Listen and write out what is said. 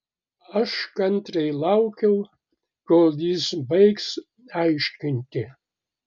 aš kantriai laukiau kol jis baigs aiškinti